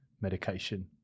medication